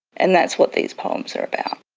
and that's what these poems are about.